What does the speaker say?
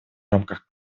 рамках